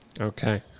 Okay